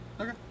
Okay